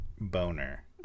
boner